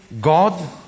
God